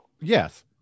yes